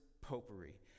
popery